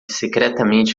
secretamente